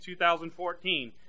2014